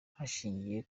hashingiye